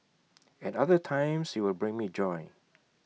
at other times he will bring me joy